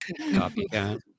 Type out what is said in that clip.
Copycat